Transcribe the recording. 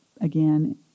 again